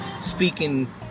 speaking